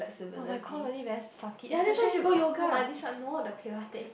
!wah! my comp really very sucky especially no my this one no the pilates